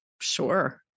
sure